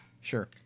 Sure